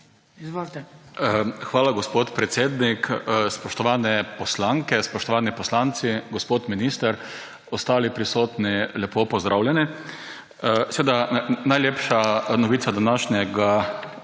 Hvala, gospod podpredsednik. Spoštovane poslanke, spoštovani poslanci, gospod minister, ostali prisotni, lepo pozdravljeni! Najlepša novica današnjega